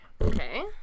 okay